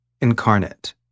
incarnate